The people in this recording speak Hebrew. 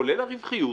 כולל הרווחיות,